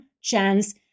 chance